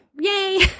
Yay